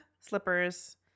Slippers